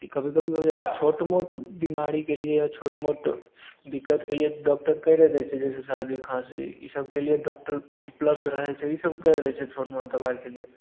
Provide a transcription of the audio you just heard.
कभी कभी हो जाइत छै छोट मोट बीमारीके लिए छोट मोट दिक्कतके लिए डॉक्टर करिए दै छै जैसे सर्दी खाँसी ईसबके लिए डॉक्टर उपलब्ध रहैत छै ईसब करि दै छै छोट मोट दबाइके लिए